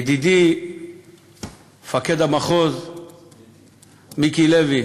ידידי מפקד המחוז מיקי לוי,